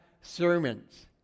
sermons